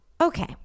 Okay